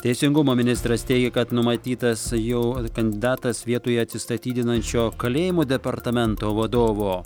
teisingumo ministras teigia kad numatytas jau kandidatas vietoje atsistatydinančio kalėjimų departamento vadovo